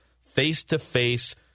face-to-face